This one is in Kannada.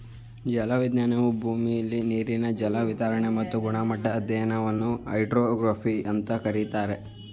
ಜಲವಿಜ್ಞಾನವು ಭೂಮಿಲಿ ನೀರಿನ ಚಲನೆ ವಿತರಣೆ ಮತ್ತು ಗುಣಮಟ್ಟದ ಅಧ್ಯಯನವನ್ನು ಹೈಡ್ರೋಗ್ರಫಿ ಅಂತ ಕರೀತಾರೆ